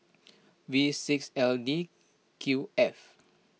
V six L D Q F